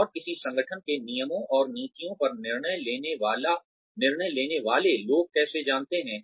और किसी संगठन के नियमों और नीतियों पर निर्णय लेने वाले लोग कैसे जानते हैं